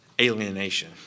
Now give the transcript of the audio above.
alienation